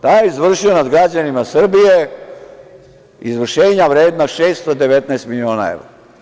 Taj je izvršio nad građanima Srbije izvršenja vredna 619 miliona evra.